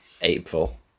April